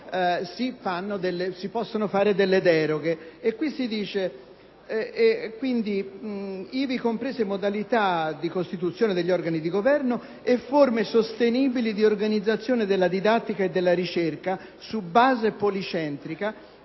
si possano fare delle deroghe. Si dice testualmente: «ivi comprese modalità di composizione e costituzione degli organi di governo e forme sostenibili di organizzazione della didattica e della ricerca su base policentrica,